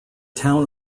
town